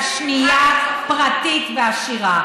והשנייה פרטית ועשירה.